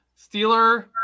Steeler